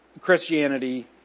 Christianity